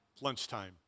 lunchtime